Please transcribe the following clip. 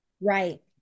right